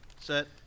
Set